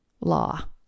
law